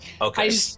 Okay